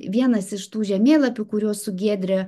vienas iš tų žemėlapių kuriuos su giedrė